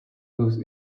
whose